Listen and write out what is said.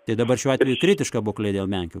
tai dabar šiuo atveju kritiška būklė dėl menkių